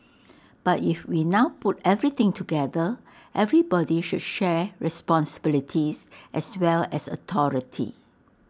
but if we now put everything together everybody should share responsibilities as well as authority